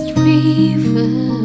river